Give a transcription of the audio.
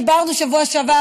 דיברנו בשבוע שעבר,